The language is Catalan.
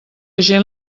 gent